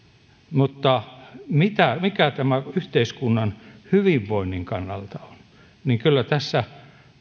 mutta mikä tämä yhteiskunnan hyvinvoinnin kannalta on niin kyllä tässä